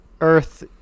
earth